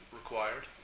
required